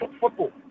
football